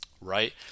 right